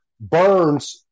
burns